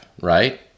right